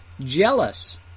jealous